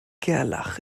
gerlach